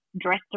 dressed